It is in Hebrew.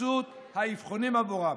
לנחיצות האבחונים עבורם.